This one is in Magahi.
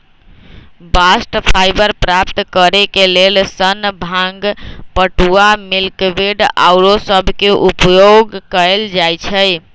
बास्ट फाइबर प्राप्त करेके लेल सन, भांग, पटूआ, मिल्कवीड आउरो सभके उपयोग कएल जाइ छइ